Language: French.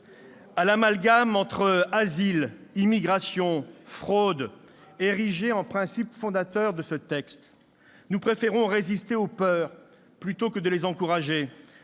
à l'amalgame entre asile, immigration et fraude, érigé en principe fondateur de ce texte, nous préférons résister aux peurs plutôt que les encourager